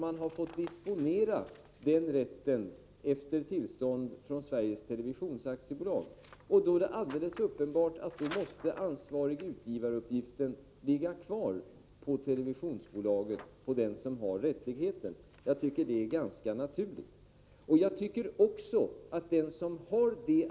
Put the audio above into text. Man får disponera den rätten efter tillstånd från Sveriges Television AB. Då är det alldeles uppenbart att uppgiften såsom ansvarig utgivare måste ligga kvar på televisionsbolaget och den som har rättigheten. Jag tycker att detta är ganska naturligt.